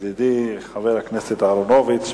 ידידי חבר הכנסת אהרונוביץ,